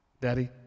Daddy